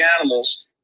animals